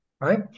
right